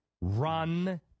run